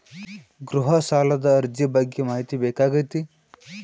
ಗೃಹ ಸಾಲದ ಅರ್ಜಿ ಬಗ್ಗೆ ಮಾಹಿತಿ ಬೇಕಾಗೈತಿ?